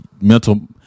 mental